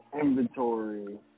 inventory